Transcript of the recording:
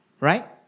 Right